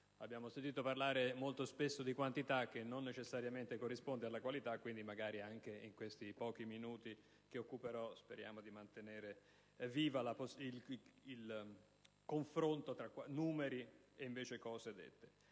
abbiamo sentito parlare molto spesso di quantità, che non necessariamente corrisponde alla qualità. Quindi, magari anche in questi pochi minuti di tempo che occuperò spero di mantenere vivo il confronto tra numeri e cose dette.